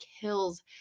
kills